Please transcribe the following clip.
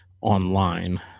online